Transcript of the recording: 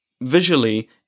visually